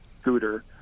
scooter